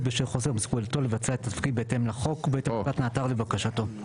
בשל חוסר מסוגלותו לבצע את התפקיד בהתאם לחוק ובית המשפט נעתר לבקשתו'.